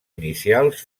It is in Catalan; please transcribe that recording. inicials